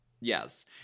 Yes